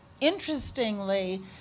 interestingly